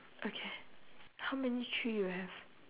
okay how many tree you have